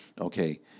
Okay